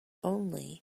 only